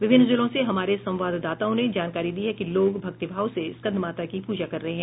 विभिन्न जिलों से हमारे संवाददाताओं ने जानकारी दी है कि लोग भक्तिभाव से स्कंदमाता की पूजा कर रहे हैं